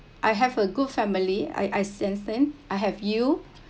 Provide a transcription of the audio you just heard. I have a good family I I since then I have you